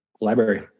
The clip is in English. library